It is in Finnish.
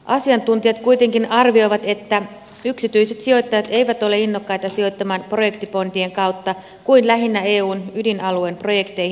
asiantuntijat kuitenkin arvioivat että yksityiset sijoittajat eivät ole innokkaita sijoittamaan projektibondien kautta kuin lähinnä eun ydinalueen projekteihin